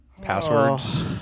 passwords